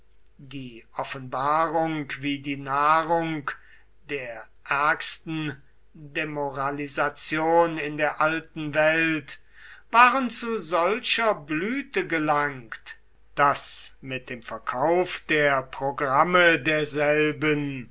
die offenbarung wie die nahrung der ärgsten demoralisation in der alten welt waren zu solcher blüte gelangt daß mit dem verkauf der programme derselben